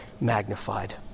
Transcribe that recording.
magnified